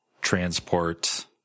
Transport